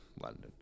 London